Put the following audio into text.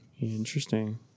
Interesting